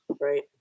Right